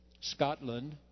Scotland